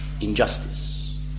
injustice